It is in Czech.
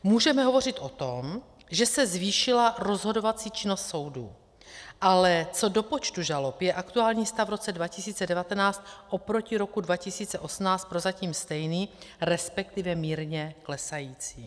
Můžeme hovořit o tom, že se zvýšila rozhodovací činnost soudů, ale co do počtu žalob je aktuální stav v roce 2019 oproti roku 2018 prozatím stejný, respektive mírně klesající.